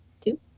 two